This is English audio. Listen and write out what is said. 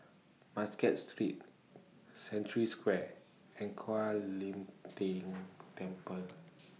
Muscat Street Century Square and Kuan Im Tng Temple